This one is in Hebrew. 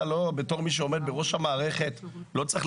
אתה בתור מי שעומד בראש המערכת לא צריך,